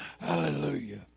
Hallelujah